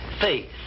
Faith